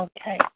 Okay